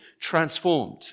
transformed